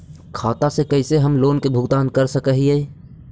खाता से कैसे हम लोन के भुगतान कर सक हिय?